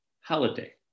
holiday